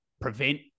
prevent